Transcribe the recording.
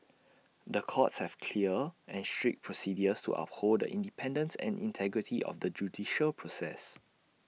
the courts have clear and strict procedures to uphold The Independence and integrity of the judicial process